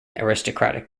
aristocratic